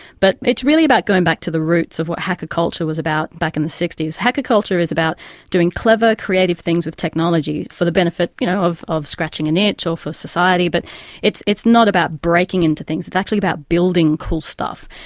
but it's really about going back to the roots of what hacker culture was about back in the zero hacker culture is about doing clever, creative things with technology, for the benefit you know of of scratching an itch or for society, but it's it's not about breaking into things, it's actually about building cool stuff.